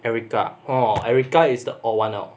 erica orh erica is the odd one out